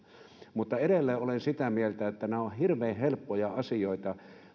edelleen olen sitä mieltä että nämä ovat hirveän helppoja asioita